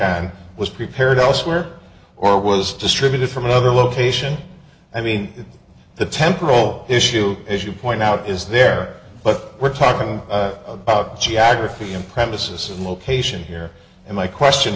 time was prepared elsewhere or was distributed from another location i mean the temporal issue as you point out is there but we're talking about geography and premises and location here and my question